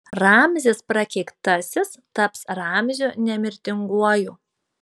ramzis prakeiktasis taps ramziu nemirtinguoju